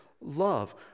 love